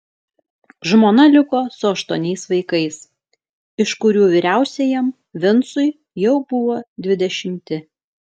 žmona liko su aštuoniais vaikais iš kurių vyriausiajam vincui jau buvo dvidešimti